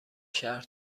شهر